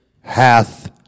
hath